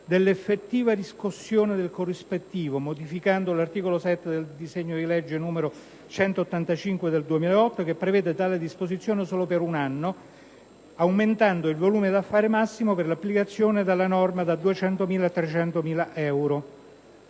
dell'effettiva riscossione del corrispettivo, modificando l'articolo 7 del decreto-legge n. 185 del 2008 che prevede tale disposizione solo per un anno, aumentando il volume d'affari massimo per l'applicazione della norma da 200.000 a 300.000 euro.